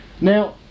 Now